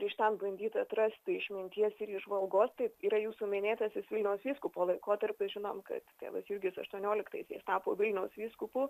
ir iš ten bandyti atrasti išminties ir įžvalgos tai yra jūsų minėtasis vilniaus vyskupo laikotarpis žinom kad tėvas jurgis aštuonioliktaisiais tapo vilniaus vyskupu